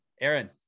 Aaron